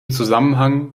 zusammenhang